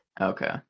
Okay